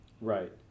Right